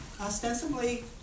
ostensibly